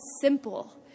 simple